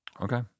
Okay